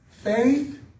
Faith